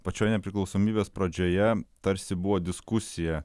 pačioj nepriklausomybės pradžioje tarsi buvo diskusija